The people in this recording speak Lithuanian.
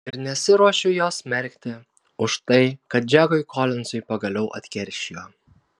ir nesiruošiu jos smerkti už tai kad džekui kolinzui pagaliau atkeršijo